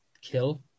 kill